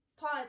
pause